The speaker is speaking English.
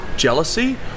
jealousy